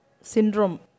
syndrome